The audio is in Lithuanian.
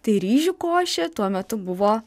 tai ryžių košė tuo metu buvo